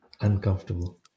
Uncomfortable